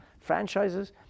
franchises